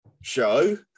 show